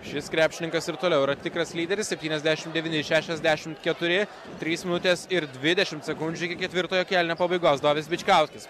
šis krepšininkas ir toliau yra tikras lyderis septyniasdešimt devyni šešiasdešimt keturi trys minutės ir dvidešimt sekundžių iki ketvirtojo kėlinio pabaigos dovis bičkauskis